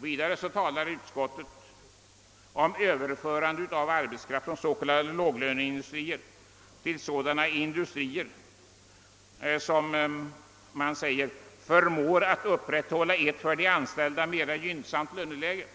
Vidare talar utskottet om överförande av arbetskraft från s.k. låglöneindustrier till sådana industrier som »förmår att upprätthålla ett för de anställda mera gynnsamt löneläge».